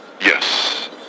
Yes